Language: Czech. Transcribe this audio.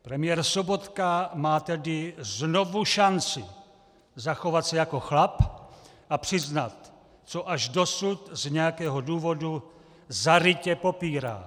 Premiér Sobotka má tedy znovu šanci zachovat se jako chlap a přiznat, co až dosud z nějakého důvodu zarytě popírá.